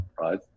Right